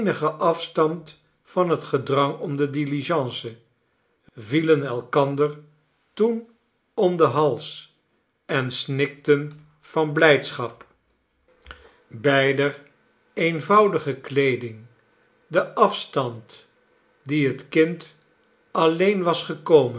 afstand van het gedrang om de diligence vielen elkander toen om den hals en snikten van blijdschap beider eenvoudige weeding de afstand dien het kind alleen was gekomen